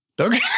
okay